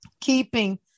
keeping